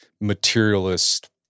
materialist